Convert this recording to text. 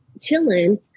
chilling